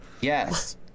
Yes